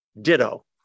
Ditto